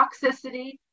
toxicity